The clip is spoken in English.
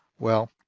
well,